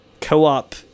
co-op